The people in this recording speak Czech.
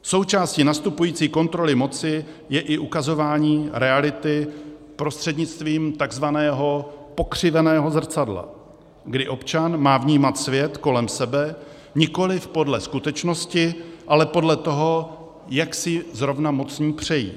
Součástí nastupující kontroly moci je i ukazování reality prostřednictvím tzv. pokřiveného zrcadla, kdy občan má vnímat svět kolem sebe nikoliv podle skutečnosti, ale podle toho, jak si zrovna mocní přejí.